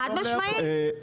חד משמעית,